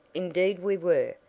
indeed we were.